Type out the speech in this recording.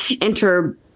enter